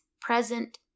present